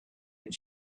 and